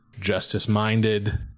justice-minded